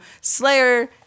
Slayer